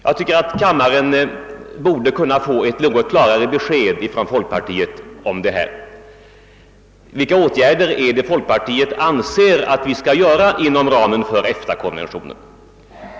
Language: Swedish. Jag tycker att kammaren borde kunna få ett klarare besked ifrån folkparliet om vad man menar med detta.